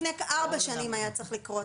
לפני ארבע שנים היה צריך לקרות.